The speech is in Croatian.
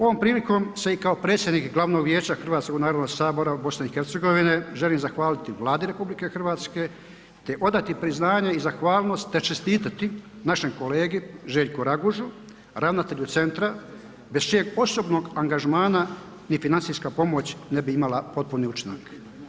Ovom prilikom se i kao predsjednik Glavnog vijeća Hrvatskog narodnog sabora BiH želim zahvaliti Vladi RH te odati priznanje i zahvalnost te čestitati našem kolegi Željku Ragužu, ravnatelju centra bez čijeg osobnog angažmana ni financijska pomoć ne bi imala potpuni učinak.